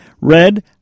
Red